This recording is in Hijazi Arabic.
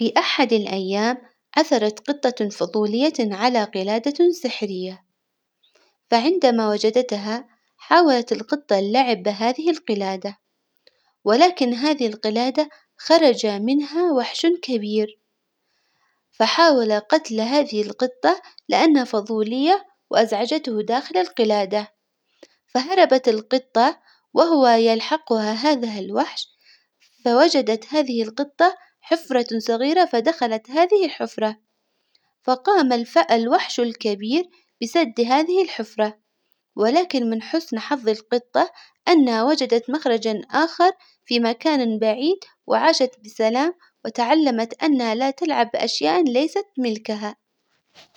في أحد الأيام عثرت قطة فظولية على قلادة سحرية، فعندما وجدتها حاولت القطة اللعب بهذه القلادة، ولكن هذه القلادة خرج منها وحش كبير، فحاول قتل هذه القطة لأنها فظولية وأزعجته داخل القلادة، فهربت القطة وهو يلحقها هذا الوحش، فوجدت هذه القطة حفرة صغيرة فدخلت هذه الحفرة، فقام الفأ- الوحش الكبير بسد هذه الحفرة، ولكن من حسن حظ القطة أنها وجدت مخرجا آخر في مكان بعيد، وعاشت بسلام وتعلمت أنها لا تلعب بأشياء ليست ملكها.